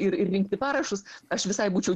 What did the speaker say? ir ir rinkti parašus aš visai būčiau